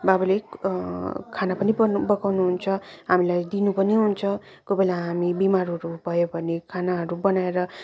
बाबाले खाना पनि पकाउनु हुन्छ हामीलाई दिनु पनि हुन्छ कोही बेला हामी बिमारहरू भयो भने खानाहरू बनाएर